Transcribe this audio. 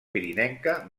pirinenca